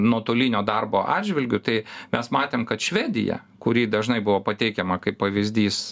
nuotolinio darbo atžvilgiu tai mes matėm kad švedija kuri dažnai buvo pateikiama kaip pavyzdys